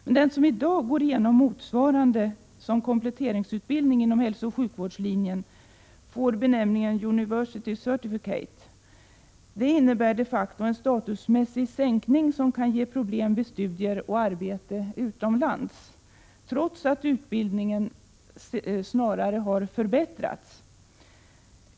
För den som i dag går igenom motsvarande utbildning som kompletteringsutbildning inom hälsooch sjukvårdslinjen anges benämningen University Certificate. Detta innebär de facto en statusmässig sänkning som kan ge problem vid studier och arbete utomlands, trots att utbildningen snarare har förbättrats.